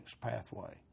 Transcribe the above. pathway